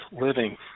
living